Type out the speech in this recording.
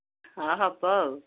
ହଁ ହେବ ଆଉ